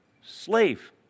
slave